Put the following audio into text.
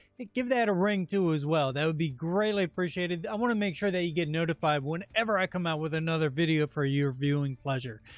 give that a ring too, as well. that would be greatly appreciated. i want to make sure that you get notified whenever i come out with another video for your viewing pleasure.